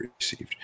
received